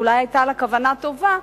אולי היתה לה כוונה טובה,